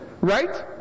right